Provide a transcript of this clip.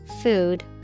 food